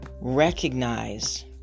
recognize